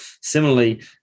Similarly